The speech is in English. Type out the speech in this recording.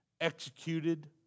executed